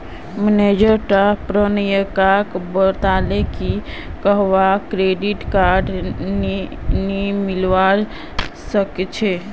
manager टा प्रियंकाक बताले की वहाक क्रेडिट कार्ड नी मिलवा सखछे